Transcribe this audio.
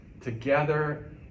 together